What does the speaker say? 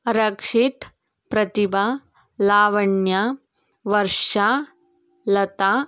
Rakshit Pratibha Lavanya Varsha Lata